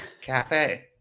cafe